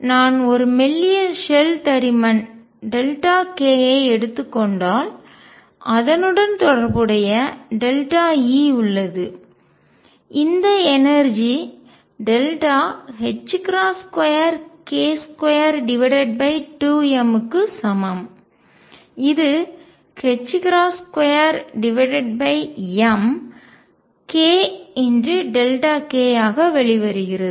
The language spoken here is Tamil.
நான் ஒரு மெல்லிய ஷெல் தடிமன் k ஐ எடுத்துக் கொண்டால் அதனுடன் தொடர்புடைய E உள்ளது இந்த எனர்ஜிஆற்றல் 2k22m க்கு சமம் இது 2m kk ஆக வெளிவருகிறது